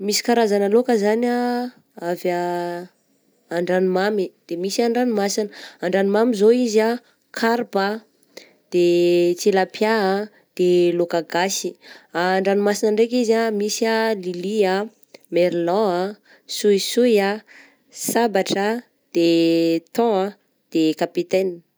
Misy karazagna lôka zany ah avy an-dranomamy de misy an-dranomasigna, an-dranomamy izao izy ah: karpa ah, de tilapia ah, de lôka gasy, an-dranomasina ndraika izy ah: lily ah, merlan, soisoy ah, sabatra ah, de thon ah, de capitaine.